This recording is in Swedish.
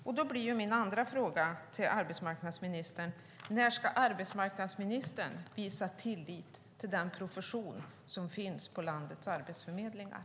Därför blir min andra fråga till arbetsmarknadsministern: När ska arbetsmarknadsministern visa tillit till den profession som finns på landets arbetsförmedlingar?